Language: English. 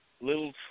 little